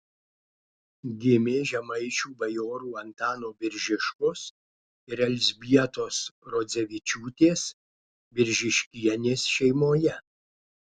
gimė žemaičių bajorų antano biržiškos ir elzbietos rodzevičiūtės biržiškienės šeimoje